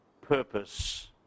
purpose